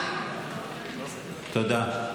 תודה.